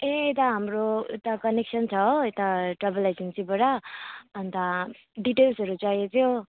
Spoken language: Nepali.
यता हाम्रो यता कनेक्सन छ हो यता ट्राभल एजेन्सीबाट अन्त डिटेल्सहरू चाहियो क्या हौ